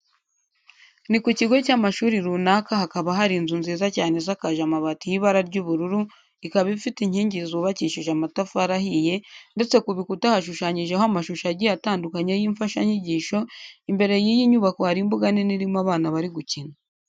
Ni ku kigo cy'amashuri runaka hakaba hari inzu nziza cyane isakaje amabati y'ibara ry'ubururu ikaba ifite inkingi zubakishije amatafari ahiye, ndetse ku bikuta hashushanyijeho amashusho agiye atandukanye y'imfashanyigisho, imbere y'iyi nyubako hari imbuga nini irimo abana bari gukina.